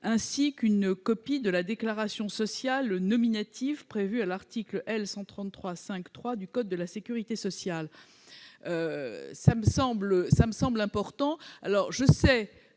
ainsi que d'une copie de la déclaration sociale nominative prévue à l'article L. 133-5-3 du code de la sécurité sociale. Cela me semble important.